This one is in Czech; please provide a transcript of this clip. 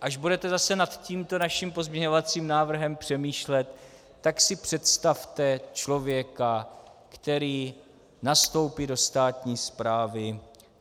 Až budete zase nad tímto naším pozměňovacím návrhem přemýšlet, tak si představte člověka, který nastoupí do státní správy